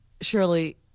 Shirley